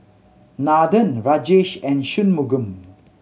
Nathan Rajesh and Shunmugam